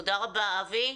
תודה רבה, אבי.